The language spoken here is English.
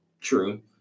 true